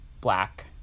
black